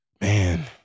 man